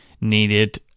needed